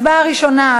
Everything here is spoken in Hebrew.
הצבעה ראשונה,